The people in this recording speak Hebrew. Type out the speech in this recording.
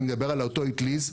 אני מדבר על אותו איטליז.